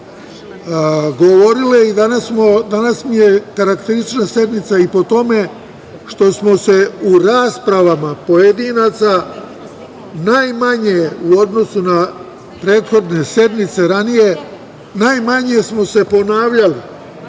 govorile. Danas mi je karakteristična sednica i po tome što smo se u raspravama pojedinaca najmanje u odnosu na prethodne sednice ranije ponavljali,